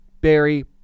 Barry